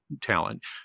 talent